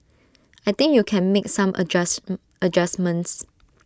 I think you can make some adjust adjustments